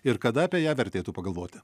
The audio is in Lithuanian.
ir kada apie ją vertėtų pagalvoti